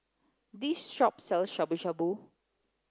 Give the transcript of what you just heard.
this shop sells Shabu Shabu